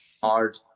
hard